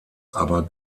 aber